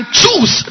choose